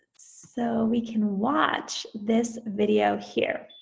so we can watch this video here,